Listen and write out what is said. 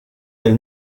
del